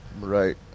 Right